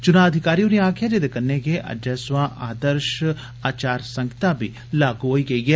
चुना अधिकारी होरें आखेआ जे एह्दे कन्नै गै अज्जै थमां आदर्श आचार संहिता लागू होई गेई ऐ